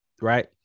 right